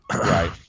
Right